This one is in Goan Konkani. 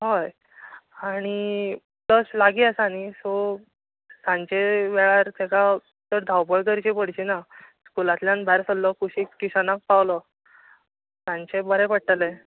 हय आनी प्लस लागीं आसा न्ही सो सांचे वेळार ताका चड धांवपळ करची पडची ना स्कुलांतल्यान भायर सरलो कुशीक टुशनाक पावलो सांचे बरें पडटलें